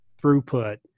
throughput